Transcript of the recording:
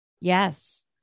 Yes